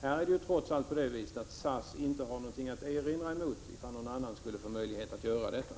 Här är det trots allt så att SAS inte har något att erinra, om någon annan skulle få möjlighet att överta trafiken.